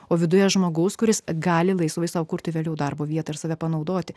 o viduje žmogaus kuris gali laisvai sau kurti vėliau darbo vietą ir save panaudoti